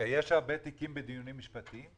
יש הרבה תיקים בדיונים משפטיים?